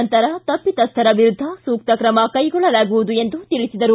ನಂತರ ತಪ್ಪಿತಸ್ವರ ವಿರುದ್ದ ಸೂಕ್ತ ಕ್ರಮ ಕೈಗೊಳ್ಳಲಾಗುವುದು ಎಂದು ತಿಳಿಸಿದರು